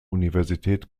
universität